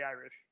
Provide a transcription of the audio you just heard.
Irish